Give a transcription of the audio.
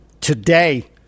Today